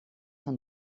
van